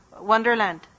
Wonderland